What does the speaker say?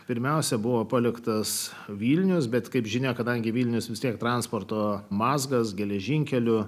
pirmiausia buvo paliktas vilniaus bet kaip žinia kadangi vilnius vis tiek transporto mazgas geležinkeliu